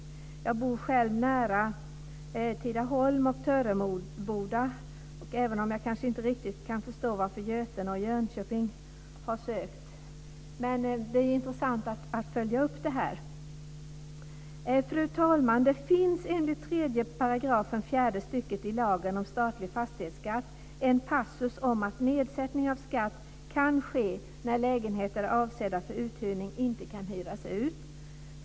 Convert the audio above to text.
Jag bor själv nära Tidaholm och Töreboda. Jag kanske inte riktigt kan förstå varför Götene och Jönköping har sökt. Men det är intressant att följa upp det här. Fru talman! Det finns enligt 3 § fjärde stycket i lagen om statlig fastighetsskatt en passus om att nedsättning av skatt kan ske när lägenheter avsedda för uthyrning inte kan hyras ut.